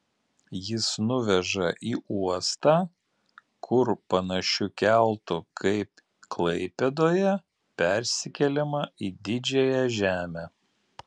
jis nuveža į uostą kur panašiu keltu kaip klaipėdoje persikeliama į didžiąją žemę